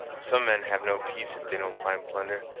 some men have no peace if they don't find plunder,